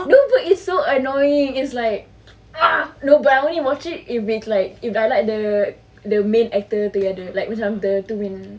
no but it's so annoying is like ah no but I only watch it if it's like if I like the main actor together macam